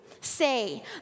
say